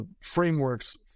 frameworks